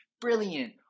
Brilliant